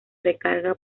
recarga